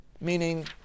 Meaning